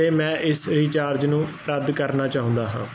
ਤੇ ਮੈਂ ਇਸ ਰਿਚਾਰਜ ਨੂੰ ਰੱਦ ਕਰਨਾ ਚਾਹੁੰਦਾ ਹਾਂ